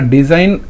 Design